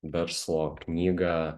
verslo knygą